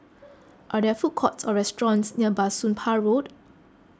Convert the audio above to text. are there food courts or restaurants near Bah Soon Pah Road